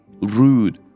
rude